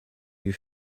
you